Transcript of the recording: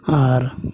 ᱟᱨ